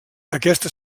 aquesta